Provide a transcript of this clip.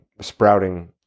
sprouting